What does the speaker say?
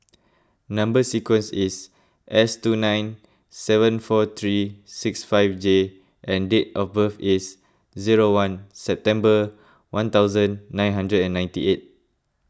Number Sequence is S two nine seven four three six five J and date of birth is zero one September one thousand nine hundred and ninety eight